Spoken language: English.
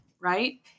right